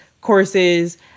courses